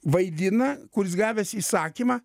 vaidina kurs gavęs įsakymą